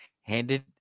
handed